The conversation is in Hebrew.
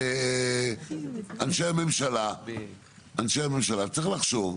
אנשי הממשלה, צריך לחשוב,